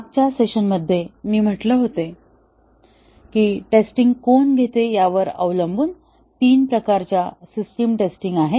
मागच्या सेशन मध्ये मी म्हटलं होतं की टेस्टिंग कोण घेते यावर अवलंबून तीन प्रकारच्या सिस्टीम टेस्टिंग आहेत